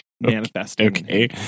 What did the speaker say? manifesting